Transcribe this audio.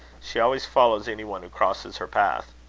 she always follows any one who crosses her path.